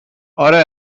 اره